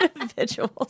individuals